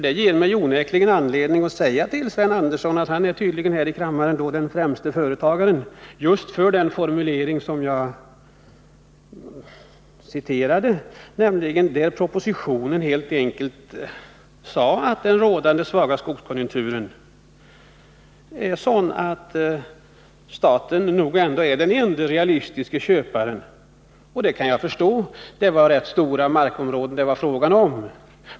Det ger mig onekligen anledning att säga till Sven Andersson att han i den här kammaren tydligen är den främste företrädaren för just den formulering som jag citerade, nämligen att den rådande svaga skogskonjunkturen är sådan att staten nog ändå är den ende realistiske köparen. Det kan jag förstå, för det var rätt stora markområden det var fråga om.